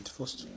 first